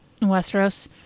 Westeros